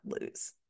lose